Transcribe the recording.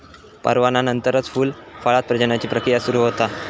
परागनानंतरच फूल, फळांत प्रजननाची प्रक्रिया सुरू होता